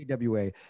AWA